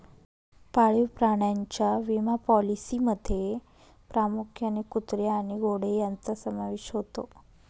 पाळीव प्राण्यांच्या विमा पॉलिसींमध्ये प्रामुख्याने कुत्रे आणि घोडे यांचा समावेश होतो